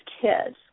kids